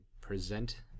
present